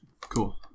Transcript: cool